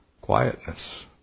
quietness